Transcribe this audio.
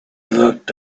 looked